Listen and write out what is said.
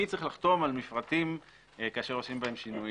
מי צריך לחתום על מפרטים כאשר עושים בהם שינויים.